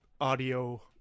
audio